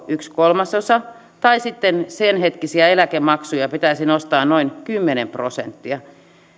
yksi kolmasosa tai sitten senhetkisiä eläkemaksuja pitäisi nostaa noin kymmenen prosenttia